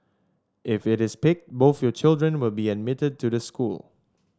if it is picked both your children will be admitted to the school